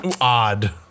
Odd